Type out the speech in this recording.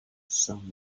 some